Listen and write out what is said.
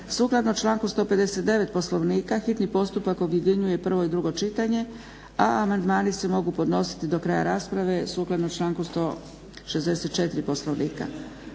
Sukladno članku 159. Poslovnika hitni postupak objedinjuje prvo i drugo čitanje, a amandmani se mogu podnositi do kraja rasprave sukladno članku 164. Poslovnika.